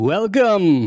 Welcome